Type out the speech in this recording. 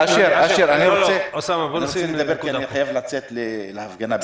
אני חייב לצאת להפגנה.